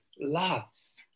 loves